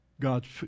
God's